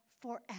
forever